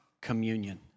communion